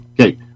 okay